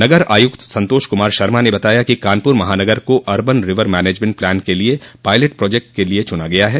नगर आयुक्त संतोष कुमार शर्मा ने बताया कि कानपुर महानगर को अर्बन रिवर मैनेजमेंट प्लान के लिए पायलट प्रोजेक्ट के लिये चुना गया है